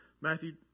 Matthew